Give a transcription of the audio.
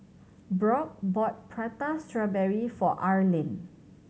Brock bought Prata Strawberry for Arlen